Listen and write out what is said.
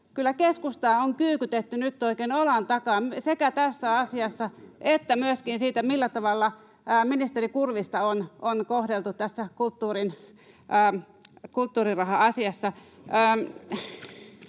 ryhmästä: Syväkyykkyyn!] sekä tässä asiassa että myöskin siinä, millä tavalla ministeri Kurvista on kohdeltu tässä kulttuuriraha-asiassa.